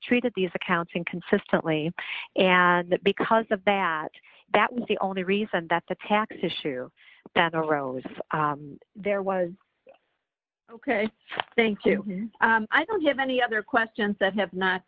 treated these accounts inconsistently and that because of that that was the only reason that the tax issue that arose there was ok thank you i don't have any other questions that have not